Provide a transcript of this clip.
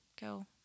go